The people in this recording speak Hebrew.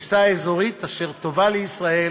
תפיסה אזורית אשר טובה לישראל